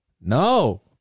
No